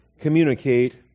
communicate